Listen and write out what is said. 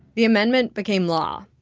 the amendment became law.